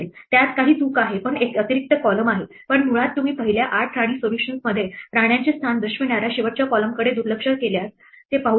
त्यात काही चूक आहे पण एक अतिरिक्त कॉलम आहे पण मुळात तुम्ही पहिल्या 8 राणी सोल्युशनमध्ये राण्यांचे स्थान दर्शविणाऱ्या शेवटच्या column कडे दुर्लक्ष केल्यास ते पाहू शकता